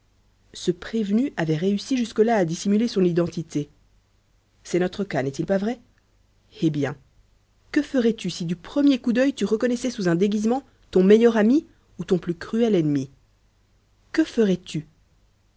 ce prévenu avait réussi jusque-là à dissimuler son identité c'est notre cas n'est-il pas vrai eh bien que ferais-tu si du premier coup d'œil tu reconnaissais sous un déguisement ton meilleur ami ou ton plus cruel ennemi que ferais-tu